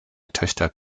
töchter